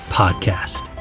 podcast